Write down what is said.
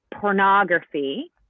pornography